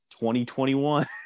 2021